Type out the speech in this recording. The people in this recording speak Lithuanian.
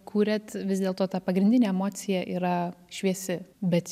kuriat vis dėlto ta pagrindinė emocija yra šviesi bet